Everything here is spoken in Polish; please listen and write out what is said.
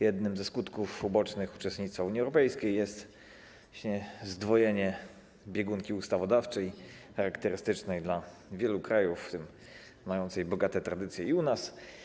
Jednym ze skutków ubocznych uczestnictwa w Unii Europejskiej jest właśnie zdwojenie biegunki ustawodawczej charakterystycznej dla wielu krajów, w tym mającej bogate tradycje i u nas.